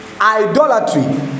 Idolatry